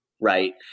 right